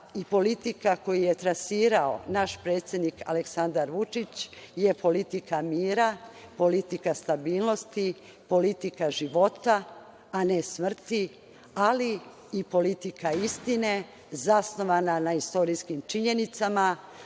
i politika koju je trasirao naš predsednik Aleksandar Vučić je politika mira, politika stabilnosti, politika života, a ne smrti, ali i politika istine zasnovana na istorijskim činjenicama,